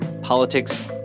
politics